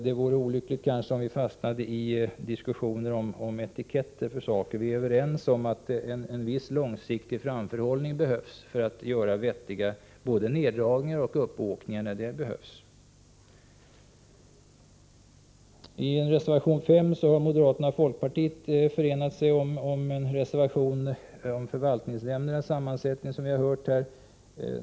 Det vore olyckligt om vi fastnade i diskussionerna om etiketter på saker och ting. Vi är överens om att en viss långsiktig framförhållning behövs för att göra vettiga både neddragningar och uppåkningar när det behövs. Moderaterna och folkpartiet har, som vi här har hört, förenat sig i en reservation om förvaltningsnämndernas sammansättning — reservation 5.